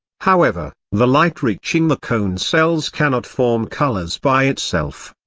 however, the light reaching the cone cells cannot form colors by itself.